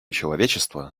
человечество